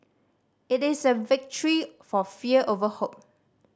it is a victory for fear over hope